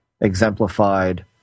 exemplified